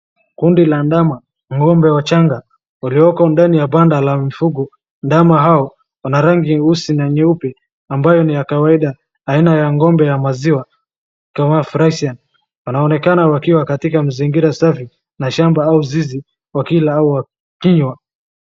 kundi la ndama, ng'ombe wachanga walioko ndani ya panda la mifugo. Ndama hao wana rangi nyeusi na nyeupe ambayo ni ya kawaida aina ya ng'ombe ya maziwa iitwayo freshian wanaonekana wakiwa katika mazingira safi kwa shamaba au zizi wakila au wakinywa.